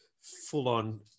full-on